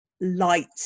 light